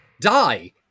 Die